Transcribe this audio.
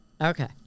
okay